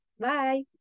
Bye